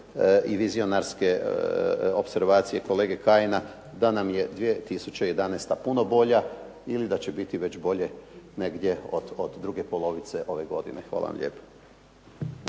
i vizionarske opservacije kolege Kajina da nam je 2011. puno bolja, ili da će biti već bolje od druge polovice ove godine. Hvala vam lijepa.